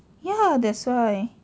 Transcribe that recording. ya that's why